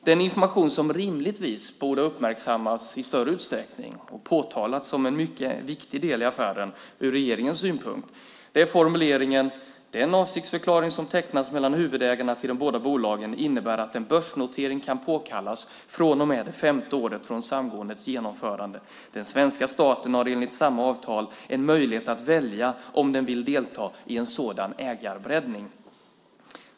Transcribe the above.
Den information som rimligtvis borde ha uppmärksammats i större utsträckning och påtalats som en mycket viktig del i affären ur regeringens synpunkt är formuleringen: Den avsiktsförklaring som tecknats mellan huvudägarna till de både bolagen innebär att en börsnotering kan påkallas från och med det femte året från samgåendets genomförande. Den svenska staten har enligt samma avtal en möjlighet att välja om den vill delta i en sådan ägarbreddning.